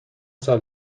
سال